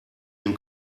den